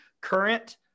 current